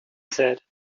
said